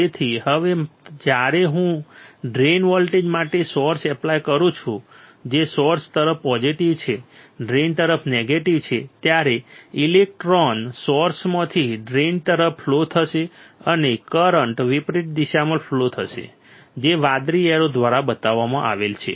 તેથી હવે જ્યારે હું ડ્રેઇન વોલ્ટેજ માટે સોર્સ એપ્લાય કરું છું જે સોર્સ તરફ પોઝિટિવ છે ડ્રેઇન તરફ નેગેટીવ છે ત્યારે ઇલેક્ટ્રોન સોર્સમાંથી ડ્રેઇન તરફ ફ્લો થશે અને કરંટ વિપરીત દિશામાં ફ્લો થશે જે વાદળી એરો દ્વારા બતાવવામાં આવેલ છે